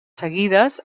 seguides